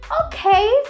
Okay